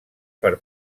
per